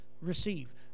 receive